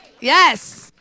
Yes